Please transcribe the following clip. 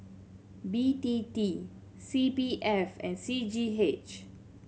B T T C P F and C G H